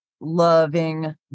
loving